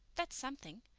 that's something.